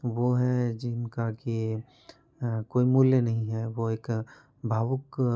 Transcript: वो है जिनका कि कोई मूल्य नहीं है वो एक भावुक